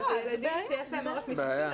לגבי ילדים שיש להם עורף משפחתי.